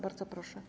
Bardzo proszę.